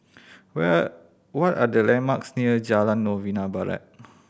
where what are the landmarks near Jalan Novena Barat